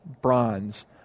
bronze